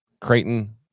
Creighton